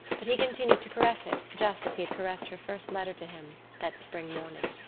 but he continued to caress it just as he had caressed her first letter to him that spring morning.